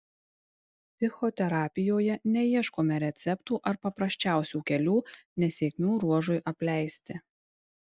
psichoterapijoje neieškome receptų ar paprasčiausių kelių nesėkmių ruožui apleisti